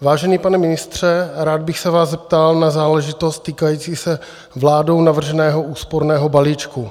Vážený pane ministře, rád bych se vás zeptal na záležitost týkající se vládou navrženého úsporného balíčku.